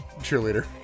cheerleader